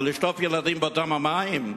אבל לשטוף את הילדים באותם המים?